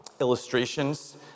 illustrations